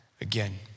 again